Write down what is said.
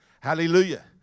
Hallelujah